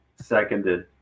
seconded